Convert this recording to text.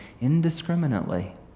indiscriminately